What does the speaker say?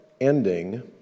ending